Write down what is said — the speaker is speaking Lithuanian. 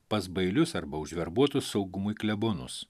pas bailius arba užverbuotus saugumui klebonus